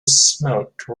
smoke